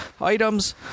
items